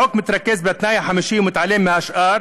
החוק מתרכז בתנאי החמישי ומתעלם מהשאר,